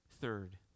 Third